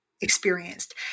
experienced